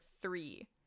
three